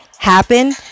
happen